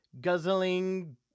guzzling